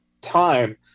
time